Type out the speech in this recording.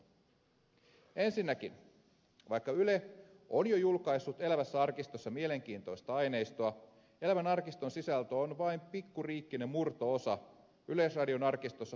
ensinnäkin vaikka yle on jo julkaissut elävässä arkistossa mielenkiintoista aineistoa elävän arkiston sisältö on vain pikkuriikkinen murto osa yleisradion arkistossa pölyttyvästä kansallisomaisuudesta